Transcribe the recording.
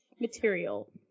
material